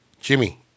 Jimmy